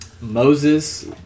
Moses